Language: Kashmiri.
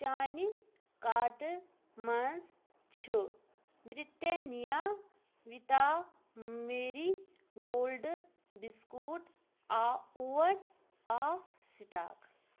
چانہِ کارٹ مَنٛز چھِ Britannia Vita Marie Gold biscuit اَ اوٹ آف سٹاک